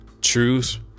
truth